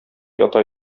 ята